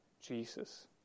Jesus